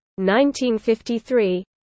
1953